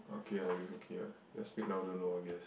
okay ah it's okay what just speak louder lor I guess